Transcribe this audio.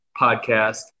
podcast